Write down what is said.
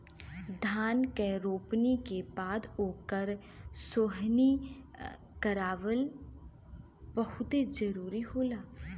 धान के रोपनी के बाद ओकर सोहनी करावल बहुते जरुरी होला